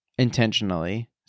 intentionally